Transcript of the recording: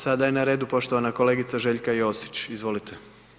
Sada je na redu poštovana kolegica Željka Josić, izvolite.